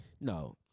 No